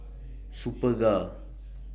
Superga